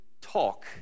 talk